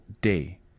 day